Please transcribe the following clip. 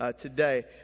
today